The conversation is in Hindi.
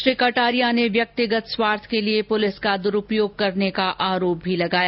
श्री कटारिया ने व्यक्तिगत स्वार्थ के लिए पुलिस का दुरूपयोग करने का आरोप भी लगाया